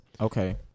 okay